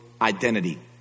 identity